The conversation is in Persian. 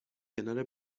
کنار